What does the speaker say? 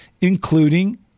including